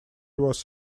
was